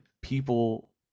people